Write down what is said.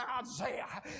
Isaiah